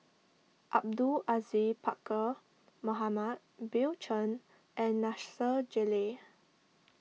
Abdul Aziz Pakkeer Mohamed Bill Chen and Nasir Jalil